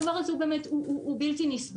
הדבר הזה הוא בלתי נסבל,